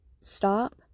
stop